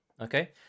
Okay